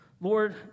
Lord